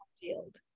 field